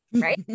right